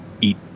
eat